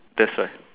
that's why